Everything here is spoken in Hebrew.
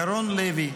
ירון לוי,